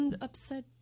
upset